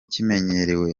kimenyerewe